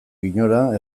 inora